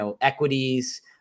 equities